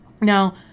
Now